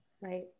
Right